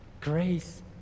grace